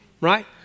Right